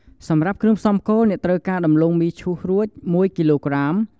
សម្រាប់គ្រឿងផ្សំគោល អ្នកត្រូវការ ដំឡូងមីឈូសរួច ១ គីឡូក្រាម។